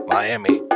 Miami